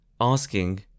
asking